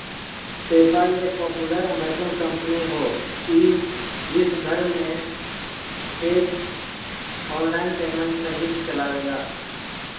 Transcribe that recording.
PayPal एक popular American company हौ ई विश्वभर में एक आनलाइन पेमेंट सर्विस चलावेला